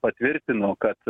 patvirtino kad